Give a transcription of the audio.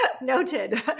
noted